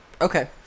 Okay